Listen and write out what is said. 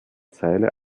zeile